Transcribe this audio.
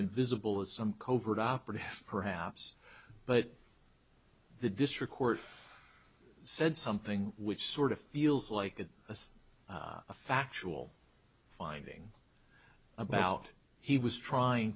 invisible as some covert operative perhaps but the district court said something which sort of feels like it as a factual finding about he was trying